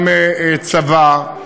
גם צבא,